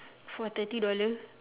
for thirty dollar